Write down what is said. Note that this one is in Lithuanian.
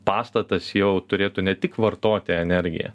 pastatas jau turėtų ne tik vartoti energiją